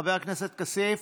חבר הכנסת כסיף,